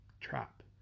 trap